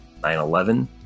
9-11